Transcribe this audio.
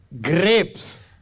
grapes